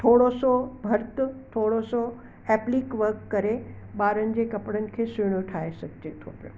थोरो सो भर्त थोरो सो एप्लीक वर्क करे ॿारनि जे कपिड़े खे सुहिणो ठाहे सघिजे थो पियो